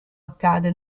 accade